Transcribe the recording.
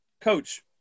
Coach